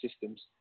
systems